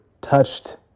touched